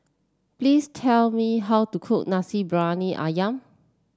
please tell me how to cook Nasi Briyani ayam